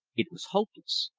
it was hopeless.